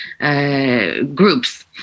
Groups